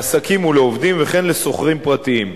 לעסקים ולעובדים וכן לשוכרים פרטיים.